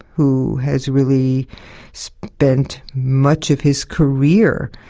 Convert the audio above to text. who has really spent much of his career.